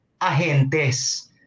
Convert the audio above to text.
agentes